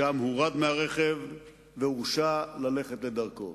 שם הורד מהרכב והורשה ללכת לדרכו.